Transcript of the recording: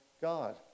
God